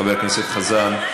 חבר הכנסת חזן,